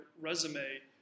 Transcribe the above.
resume